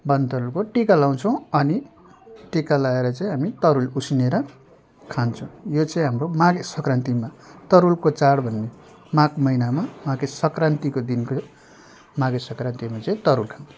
वनतरुलको टिका लगाउँछौँ अनि टिका लगाएर चाहिँ हामी तरुल उसिनेर खान्छौँ यो चाहिँ हाम्रो माघे सङ्क्रान्तिमा तरुलको चाड भन्ने माघ महिनामा माघे सङ्क्रान्तिको दिनको माघे सङ्क्रान्तिमा चाहिँ तरुल